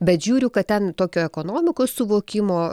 bet žiūriu kad ten tokio ekonomikos suvokimo